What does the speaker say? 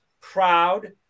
proud